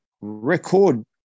record